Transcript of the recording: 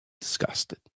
Disgusted